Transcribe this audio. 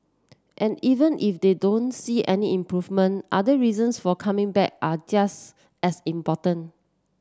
and even if they don't see any improvement other reasons for coming back are just as important